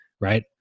right